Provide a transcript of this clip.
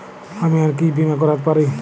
আমি আর কি বীমা করাতে পারি?